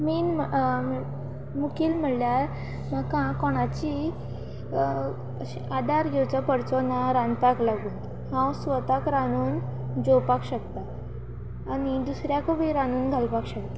main मुखेल म्हळ्यार म्हाका कोणाची अशें आदार घेवचो पडचो ना रांदपाक लागून हांव स्वताक रांदून जेवपाक शकता आनी दुसऱ्याकू बी रांदून घालपाक शकता